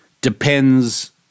depends